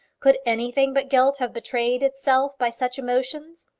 could anything but guilt have betrayed itself by such emotions?